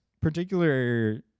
particular